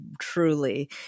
truly